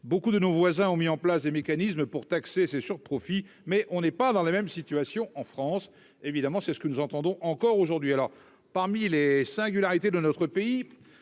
beaucoup de nos voisins ont mis en place des mécanismes pour taxer ces surprofits mais on n'est pas dans la même situation en France évidemment, c'est ce que nous entendons encore aujourd'hui alors parmi les singularités de notre pays,